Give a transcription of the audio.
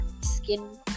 skin